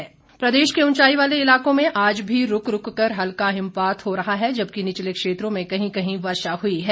मौसम प्रदेश के उंचाई वाले इलाकों में आज भी रूक रूक कर हल्का हिमपात हो रहा है जबकि निचले क्षेत्रों में कहीं कहीं वर्षा हुई है